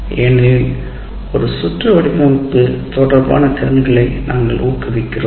ஏனெனில் ஒரு சுற்று வடிவமைப்பு தொடர்பான திறன்களை நாங்கள் ஊக்குவிக்கிறோம்